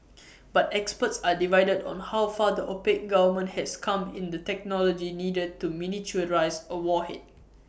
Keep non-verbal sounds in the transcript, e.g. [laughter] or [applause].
[noise] but experts are divided on how far the opaque government has come in the technology needed to miniaturise A warhead